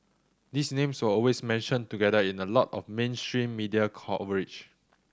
these names were always mentioned together in a lot of mainstream media coverage